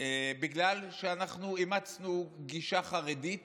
בגלל שאנחנו אימצנו גישה חרדית